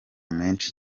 menshi